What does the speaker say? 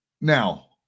Now